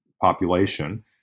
population